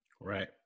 Right